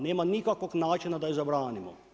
Nema nikakvog načina da ju zabranimo.